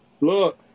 look